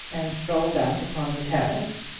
and strolled out upon the terrace,